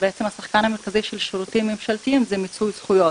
בעצם השחקן המרכזי של שירותים ממשלתיים זה מיצוי זכויות